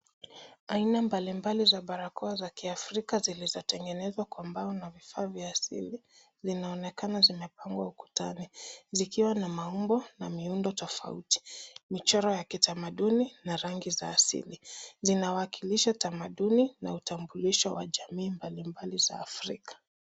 Aina mbalimbali za barakoa za kiafrika zilizotengenezwa kwa mbao na vifaa vya asili, zinaonekana zimepangwa ukutani zikiwa na maumbo na miundo tofauti. Michoro ya kitamaduni na rangi za asili, zinawakilisha tamaduni na utambulisho wa jamii mbalimbali za Afrika.